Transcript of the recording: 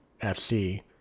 FC